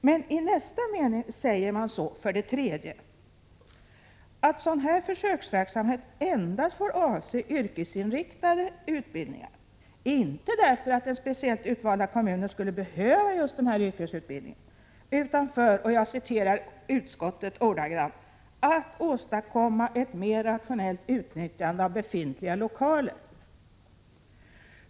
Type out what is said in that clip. Men i nästa mening säger man så för det tredje: Att sådan här försöksverksamhet endast får avse yrkesinriktade utbildningar. Inte därför att den speciellt utvalda kommunen skulle behöva just den yrkesutbildningen utan för — jag citerar utskottet — ”att åstadkomma ett mer rationellt utnyttjande av befintliga lokaler”.